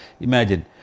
Imagine